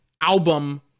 album